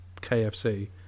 KFC